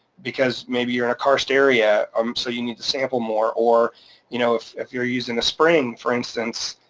because maybe you're in a karst area um so you need to sample more, or you know if if you're using a spring, for instance,